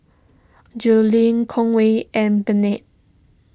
Julie Conway and